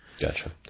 Gotcha